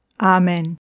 Amen